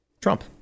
Trump